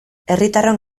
herritarron